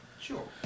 Sure